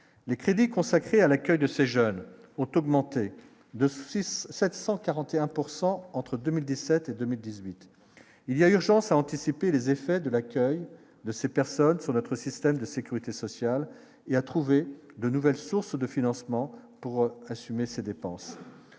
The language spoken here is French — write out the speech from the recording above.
les crédits consacrés à l'accueil de ces jeunes autre augmenter de 6 741 pourcent entre 2017, 2018 il y a urgence à anticiper les effets de l'accueil de ces personnes sur notre système de sécurité sociale et à trouver de nouvelles sources de financement pour assumer ces dépenses,